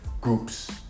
groups